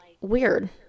weird